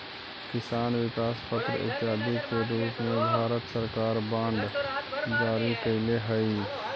किसान विकास पत्र इत्यादि के रूप में भारत सरकार बांड जारी कैले हइ